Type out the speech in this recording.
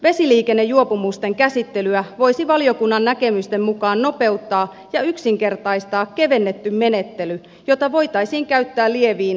vesiliikennejuopumusten käsittelyä voisi valiokunnan näkemysten mukaan nopeuttaa ja yksinkertaistaa kevennetty menettely jota voitaisiin käyttää lieviin vesiliikennejuopumustapauksiin